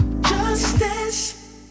justice